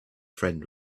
friend